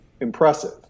impressive